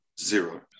zero